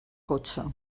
cotxe